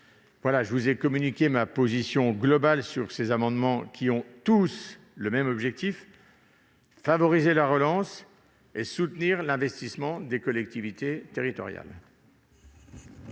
locales. Telle est ma position globale sur ces amendements, qui ont tous le même objectif : favoriser la relance et soutenir l'investissement des collectivités territoriales.